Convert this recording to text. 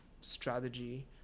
strategy